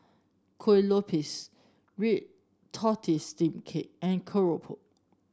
Kueh Lopes Red Tortoise Steamed Cake and keropok